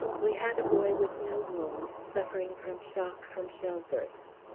we had a boy with no wound, suffering from shock from shell bursts.